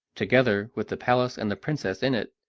together with the palace and the princess in it,